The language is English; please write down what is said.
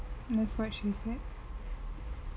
that's what she said